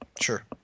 Sure